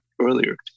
earlier